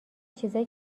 چیزای